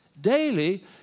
daily